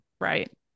right